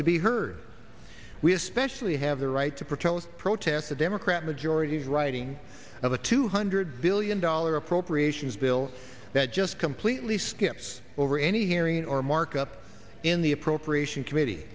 to be heard we especially have the right to protest protest a democrat majority writing of a two hundred billion dollar appropriations bill that just completely skips over any hearing or mark up in the appropriations committee